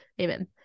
Amen